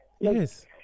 Yes